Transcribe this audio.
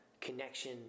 connection